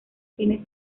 tiene